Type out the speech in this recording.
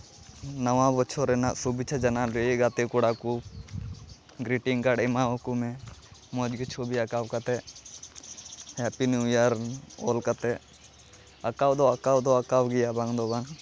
ᱱᱟᱣᱟ ᱵᱚᱪᱷᱚᱨ ᱨᱮᱱᱟᱜ ᱥᱩᱵᱮᱪᱽᱪᱷᱟ ᱡᱟᱱᱟᱣ ᱞᱟᱹᱜᱤᱫ ᱜᱟᱛᱮ ᱠᱚᱲᱟ ᱠᱚ ᱜᱨᱤᱴᱤᱝ ᱠᱟᱨᱰ ᱮᱢᱟᱣᱟᱠᱚ ᱢᱮ ᱢᱚᱡᱽ ᱜᱮ ᱪᱷᱚᱵᱤ ᱟᱸᱠᱟᱣ ᱠᱟᱛᱮᱫ ᱦᱮᱯᱤ ᱱᱤᱭᱩ ᱤᱭᱟᱨ ᱚᱞ ᱠᱟᱛᱮᱫ ᱟᱸᱠᱟᱣ ᱫᱚ ᱟᱸᱠᱟᱣ ᱫᱚ ᱟᱸᱠᱟᱣ ᱜᱮᱭᱟ ᱵᱟᱝᱫᱚ ᱵᱟᱝ